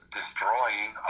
destroying